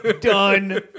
done